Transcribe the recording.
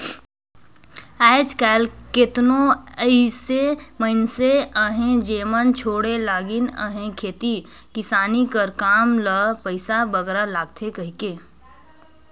आएज काएल केतनो अइसे मइनसे अहें जेमन छोंड़े लगिन अहें खेती किसानी कर काम ल पइसा बगरा लागथे कहिके